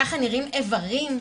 כך נראים איברים.